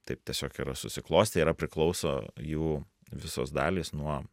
taip tiesiog yra susiklostę yra priklauso jų visos dalys nuo